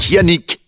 Yannick